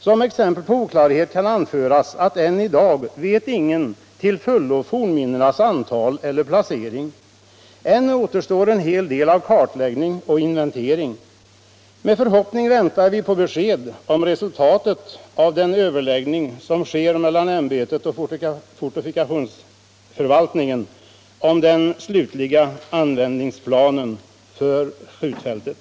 Som exempel på oklarhet kan anföras att ännu denna dag ingen till fullo vet fornminnenas antal eller placering. Än återstår en hel del av kartläggning och inventering. Med förväntan ser vi fram mot besked om resultatet av den överläggning som sker mellan ämbetet och fortifikationsförvaltningen om den slutliga användningsplanen för skjutfältet.